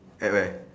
at where